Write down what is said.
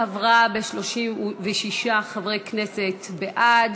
הצעת החוק עברה ב-36 חברי כנסת בעד,